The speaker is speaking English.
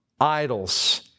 idols